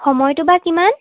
সময়টো বা কিমান